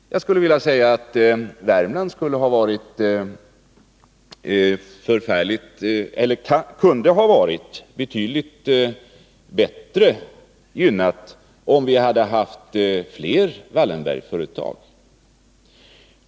Värmland kunde ha varit betydligt bättre gynnat, om vi där hade haft fler Wallenbergföretag.